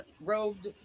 robed